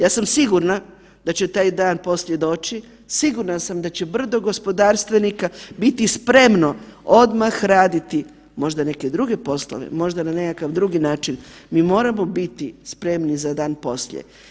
Ja sam sigurna da će taj dan poslije doći, sigurna sam da će brdo gospodarstvenika biti spremno odmah raditi možda neke druge poslove, možda na nekakav drugi način, mi moramo biti spremni za dan poslije.